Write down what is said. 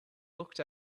looked